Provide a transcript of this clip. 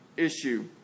issue